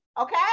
Okay